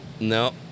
No